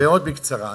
מאוד בקצרה.